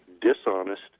dishonest